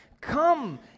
come